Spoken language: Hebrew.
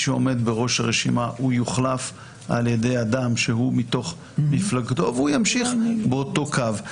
שעומד בראש הרשימה יוחלף ע"י אדם שהוא מתוך מפלגתו והוא ימשיך באותו קו.